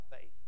faith